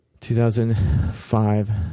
2005